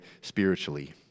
spiritually